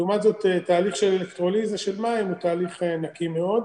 לעומת זאת תהליך של אלקטרוליזה של מים הוא תהליך נקי מאוד.